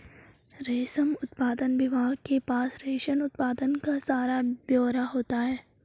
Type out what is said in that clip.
रेशम उत्पादन विभाग के पास रेशम उत्पादन का सारा ब्यौरा होता है